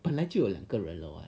本来就有两个人了 or what